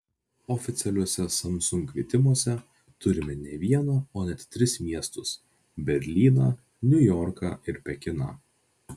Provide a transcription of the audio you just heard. oficialiuose samsung kvietimuose turime ne vieną o net tris miestus berlyną niujorką ir pekiną